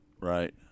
right